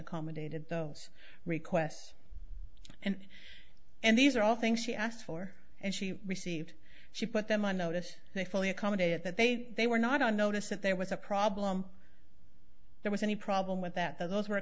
accommodated those requests and and these are all things she asked for and she received she put them on notice they fully accommodate that they they were not on notice that there was a problem there was any problem with that those were